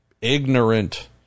ignorant